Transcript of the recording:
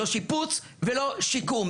לא שיפוץ ולא שיקום,